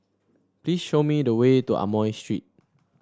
please show me the way to Amoy Street